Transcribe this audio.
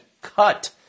cut